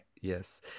Yes